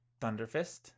Thunderfist